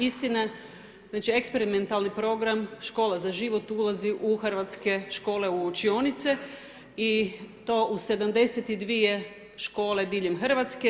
Istina, eksperimentalni program Škola za život ulazi u Hrvatske škole u učionice i to u 72 škole diljem Hrvatske.